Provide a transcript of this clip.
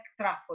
truffle